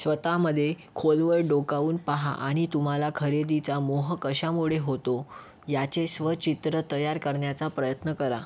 स्वतःमध्ये खोलवर डोकावून पाहा आणि तुम्हाला खरेदीचा मोह कशामुळे होतो याचे स्वचित्र तयार करण्याचा प्रयत्न करा